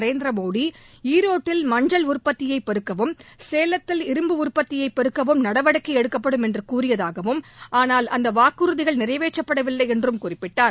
நரேந்திர மோடி ஈரோட்டில் மஞ்சள் உற்பத்தியை பெருக்கவும் சேலத்தில் இரும்பு உற்பத்தி பெருக்கவும் நடவடிக்கை எடுக்கப்படும் என்று கூறியதாகவும் ஆனால் அந்த வாக்குறுதிகள் நிறைவேற்றப்படவில்லை என்றார்